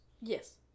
Yes